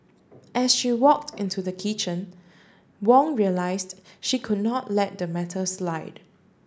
as she walked into the kitchen Wong realised she could not let the matter slide